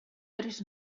tres